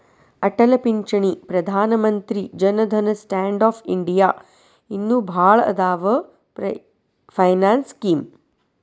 ಅಟಲ್ ಪಿಂಚಣಿ Pradhan Mantri Jan Dhan Stand Up India ಇನ್ನು ಭಾಳ್ ಅದಾವ್ ಫೈನಾನ್ಸ್ ಸ್ಕೇಮ್